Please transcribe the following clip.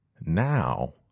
now